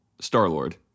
Star-Lord